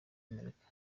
amerika